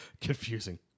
Confusing